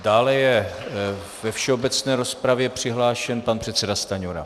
Dále je ve všeobecné rozpravě přihlášen pan předseda Stanjura.